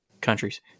countries